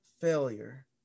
failure